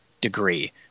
degree